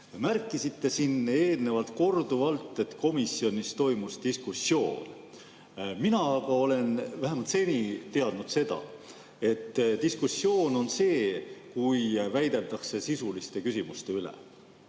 Märkisite siin eelnevalt korduvalt, et komisjonis toimus diskussioon. Mina olen vähemalt seni teadnud seda, et diskussioon on see, kui väideldakse sisuliste küsimuste üle.